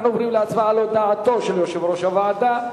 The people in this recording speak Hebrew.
אנחנו עוברים להצבעה על הודעתו של יושב-ראש הוועדה.